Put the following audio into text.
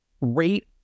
rate